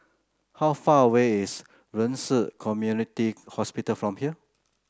how far away is Ren Ci Community Hospital from here